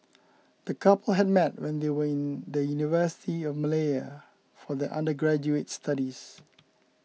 the couple had met when they were in the University of Malaya for their undergraduate studies